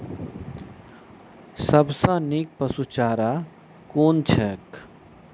सबसँ नीक पशुचारा कुन छैक?